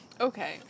Okay